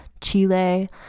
chile